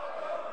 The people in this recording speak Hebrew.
לא.